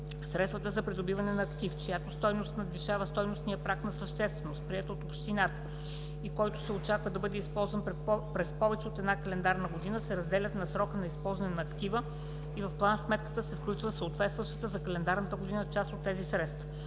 Средствата за придобиване на актив, чиято стойност надвишава стойностния праг на същественост, приет от общината, и който се очаква да бъде използван през повече от една календарна година, се разделят на срока на използване на актива и в план сметката се включва съответстващата за календарната година част от тези средства.